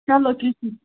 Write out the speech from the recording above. چلو کیٚنٛہہ چھُنہٕ